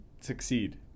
succeed